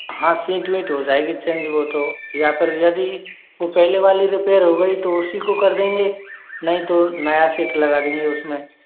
हाँ सींट वींट हो जाएगी चेंज वो तो या फिर यदि वो पहले वाली रिपेयर हो गई तो उसी को कर देंगे नहीं तो नया सीट लगा देंगे उसमें